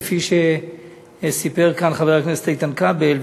כפי שסיפר כאן חבר הכנסת איתן כבל,